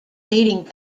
dating